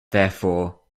therefore